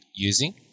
using